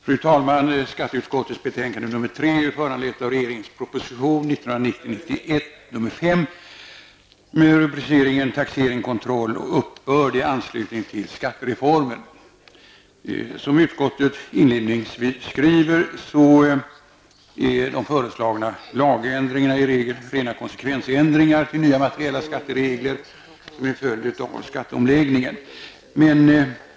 Fru talman! Skatteutskottets betänkande nr 3 är föranlett av regeringens proposition 1990/91:5 med rubriceringen Taxering, kontroll och uppbörd i anslutning till skattereformen. Som utskottet inledningsvis skriver är de föreslagna lagändringarna i regel rena konsekvensändringar till nya materiella skatteregler som är en följd av skatteomläggningen.